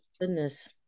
Goodness